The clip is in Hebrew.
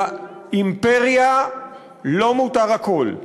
לאימפריה לא מותר הכול.